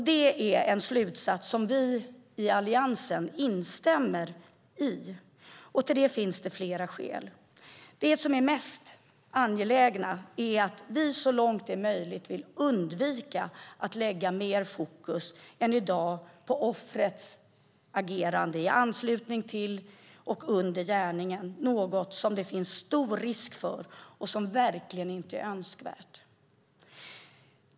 Det är en slutsats som vi i Alliansen instämmer i. Till det finns det flera skäl. Det som är det mest angelägna är att vi så långt det är möjligt vill undvika att lägga mer fokus än i dag på offrets agerande i anslutning till och under gärningen. Det är något som det finns stor risk för och som verkligen inte är önskvärt.